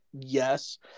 Yes